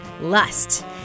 Lust